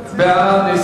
את